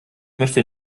möchte